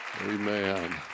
Amen